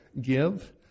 give